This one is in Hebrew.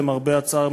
למרבה הצער,